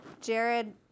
Jared